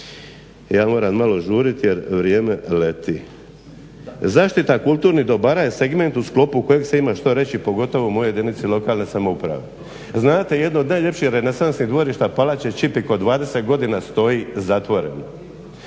Ja moram malo žuriti jer vrijeme leti. Zaštita kulturnih dobara je segment u sklopu kojeg se ima što reći, pogotovo u mojoj jedinici lokalne samouprave. Znate jedno od najljepših renesansnih dvorišta, palače Čipik koja 20 godina stoji zatvorena.